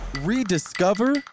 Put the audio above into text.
rediscover